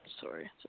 Sorry